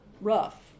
rough